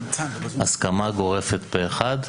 יש הסכמה גורפת פה אחד.